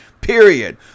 period